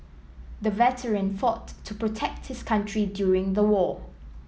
the veteran fought to protect his country during the war